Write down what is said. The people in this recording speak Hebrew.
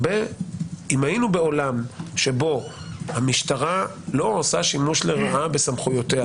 אם היינו בעולם שבו המשטרה לא עושה שימוש לרעה בסמכויותיה